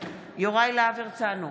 יוראי להב הרצנו,